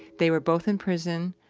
they were both in prison,